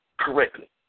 correctly